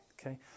Okay